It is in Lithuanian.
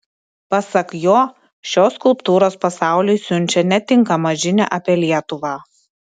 pasak jo šios skulptūros pasauliui siunčia netinkamą žinią apie lietuvą